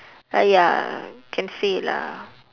uh ya can say lah